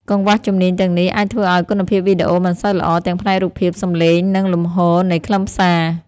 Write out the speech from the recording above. កង្វះជំនាញទាំងនេះអាចធ្វើឲ្យ គុណភាពវីដេអូមិនសូវល្អ ទាំងផ្នែករូបភាព សំឡេង និងលំហូរនៃខ្លឹមសារ។